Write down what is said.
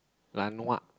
laonua